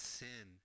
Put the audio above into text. sin